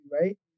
right